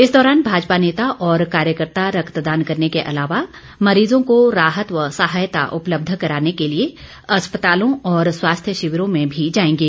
इस दौरान भाजपा नेता और कार्यकर्ता रक्तदान करने के अलावा मरीजों को राहत व सहायता उपलबध कराने के लिए अस्पतालों और स्वास्थ्य शिविरों में भी जाएंगे